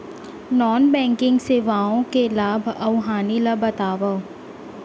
non banking सेवाओं के लाभ अऊ हानि ला बतावव